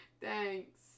Thanks